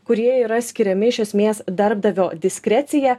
kurie yra skiriami iš esmės darbdavio diskrecija